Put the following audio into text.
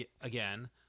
again